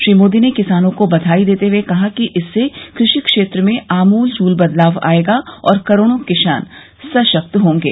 श्री मोदी ने किसानों को बधाई देते हुए कहा कि इससे कृषि क्षेत्र में आमूलचूल बदलाव आएगा और करोडों किसान सशक्त होंगे